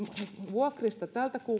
vuokrista